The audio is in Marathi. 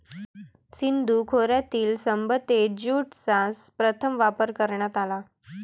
सिंधू खोऱ्यातील सभ्यतेत ज्यूटचा प्रथम वापर करण्यात आला